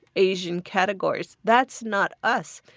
asian categories. that's not us.